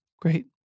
great